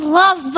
love